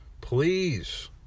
please